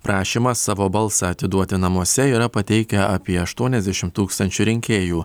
prašymą savo balsą atiduoti namuose yra pateikę apie aštuoniasdešim tūkstančių rinkėjų